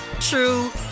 true